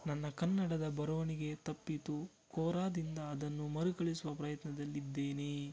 ನನ್ನ ಕನ್ನಡದ ಬರವಣಿಗೆ ತಪ್ಪಿತು ಕೋರಾದಿಂದ ಅದನ್ನು ಮರುಕಳಿಸುವ ಪ್ರಯತ್ನದಲ್ಲಿದ್ದೇನೆ